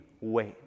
wait